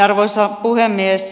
arvoisa puhemies